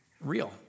real